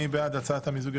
מי בעד הצעת המיזוג?